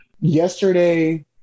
yesterday